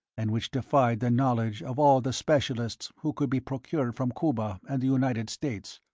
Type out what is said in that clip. and which defied the knowledge of all the specialists who could be procured from cuba and the united states.